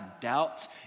doubts